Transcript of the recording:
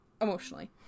emotionally